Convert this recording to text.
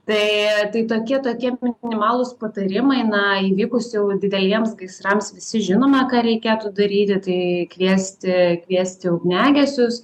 tai tai tokie tokie minimalūs patarimai na jeigu su dideliems gaisrams visi žinome ką reikėtų daryti tai kviesti kviesti ugniagesius